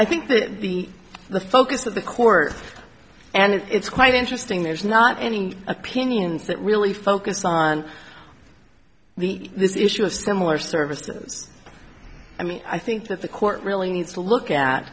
i think that the focus of the court and it's quite interesting there's not any opinions that really focus on the this issue of similar services i mean i think that the court really needs to look at